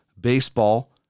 baseball